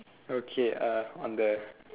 okay uh on the